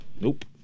Nope